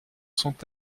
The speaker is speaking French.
sont